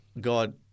God